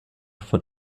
von